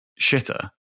shitter